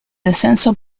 descenso